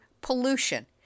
pollution